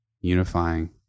unifying